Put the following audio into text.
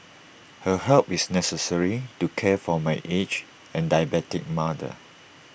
her help is necessary to care for my aged and diabetic mother